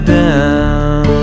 down